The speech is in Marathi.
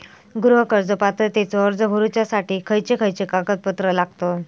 गृह कर्ज पात्रतेचो अर्ज भरुच्यासाठी खयचे खयचे कागदपत्र लागतत?